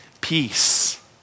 peace